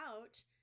out